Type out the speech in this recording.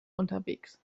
unterwegs